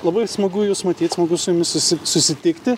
labai smagu jus matyt smagu su jumis susi susitikti